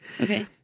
Okay